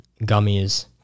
gummies